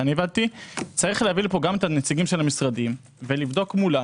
יש להביא לפה גם את נציגי המשרדים ולבדוק מולם.